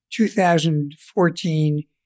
2014